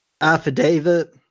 affidavit